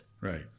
Right